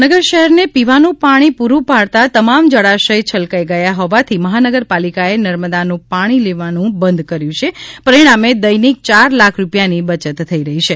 જામનગર શહેરને પીવાનું પાણી પુરૂ પાડતા તમામ જળાશય છલકાય ગયા હોવાથી મહાનગરપાલિકાએ નર્મદાનું પાણી લેવાનું બંધ કર્યુ છે પરિણામે દૈનિક ચાર લાખ રૂપિયાની બચત થઈ રહી છે